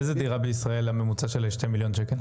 איזה דירה בישראל, הממוצע שלה הוא 2 מיליון שקל?